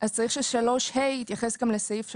אז צריך ש-3(ה) יתייחס גם לסעיף 3(ז),